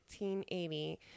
1880